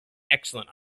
excellent